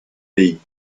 pays